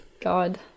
God